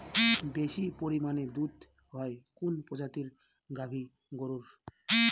বেশি পরিমানে দুধ হয় কোন প্রজাতির গাভি গরুর?